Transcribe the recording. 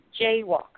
jaywalker